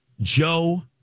Joe